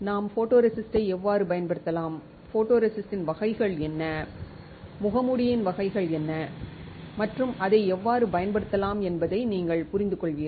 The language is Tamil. நாம் ஃபோட்டோரெசிஸ்ட்டை எவ்வாறு பயன்படுத்தலாம் ஃபோட்டோரெசிஸ்ட்டின் வகைகள் என்ன முகமூடியின் வகைகள் என்ன மற்றும் அதை எவ்வாறு பயன்படுத்தலாம் என்பதை நீங்கள் புரிந்துகொள்வீர்கள்